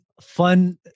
fun